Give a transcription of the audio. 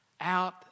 out